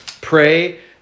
Pray